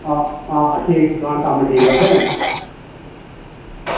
आं ठीक कम्म ठीक ऐ उत्थें